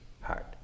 heart